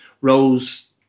rose